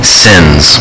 sins